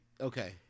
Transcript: Okay